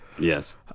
Yes